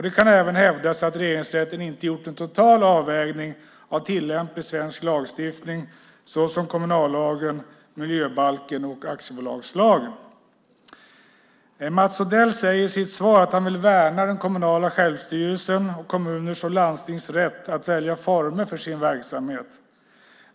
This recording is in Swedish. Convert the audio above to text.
Det kan även hävdas att Regeringsrätten inte gör en total avvägning av tillämplig svensk lagstiftning såsom kommunallagen, miljöbalken och aktiebolagslagen. Mats Odell säger i sitt svar att han vill värna den kommunala självstyrelsen och kommuners och landstings rätt att välja former för sin verksamhet.